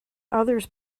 others